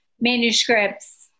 manuscripts